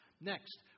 Next